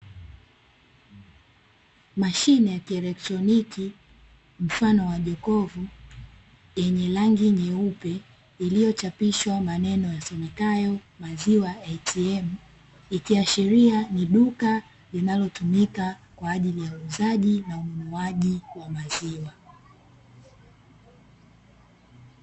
Mashine ya kielektroniki mfano wa jokofu yenye rangi nyeupe, iliyochapishwa maneno yasomekayo "maziwa ATM". Ikiashiria ni duka linalotumika kwa ajili ya uuzaji na ununuaji wa maziwa.